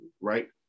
right